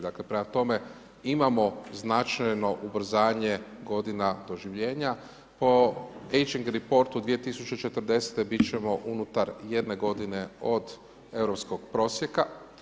Dakle, prema tome, imamo značajno ubrzanje godina doživljenja po Angerti portu 2040 biti ćemo unutar jedne godine od europskog prosjeka.